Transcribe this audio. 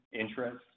interest